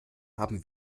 haben